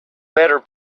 better